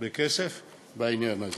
כסף בעניין הזה.